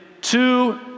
two